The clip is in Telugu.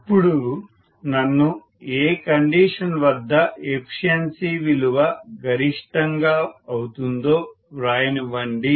ఇప్పుడు నన్ను ఏ కండీషన్ వద్ద ఎఫిషియన్సి విలువ గరిష్టం గా అవుతుందో వ్రాయనివ్వండి